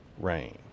rain